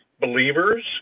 believers